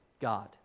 God